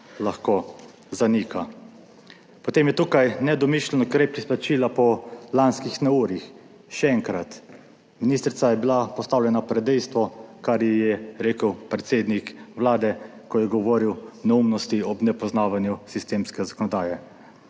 lahko zanika. Potem je tukaj nedomišljen ukrep izplačila po lanskih neurjih. Še enkrat, ministrica je bila postavljena pred dejstvo, kar je rekel predsednik Vlade, ko je govoril neumnosti ob nepoznavanju sistemske zakonodaje.